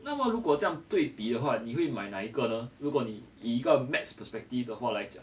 那么如果这样对比的话你会买哪一个呢如果你以一个 maths perspective 的话来讲